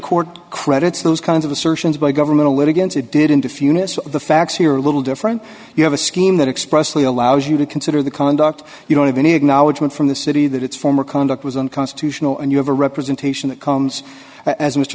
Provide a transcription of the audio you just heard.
court credits those kinds of assertions by government a litigant a did in the few minutes the facts here are a little different you have a scheme that expressly allows you to consider the conduct you don't have any acknowledgement from the city that its former conduct was unconstitutional and you have a representation that comes as m